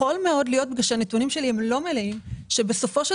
יכול להיות - בגלל שהנתונים שלי הם לא מלאים שבסופו של